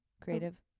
creative